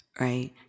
right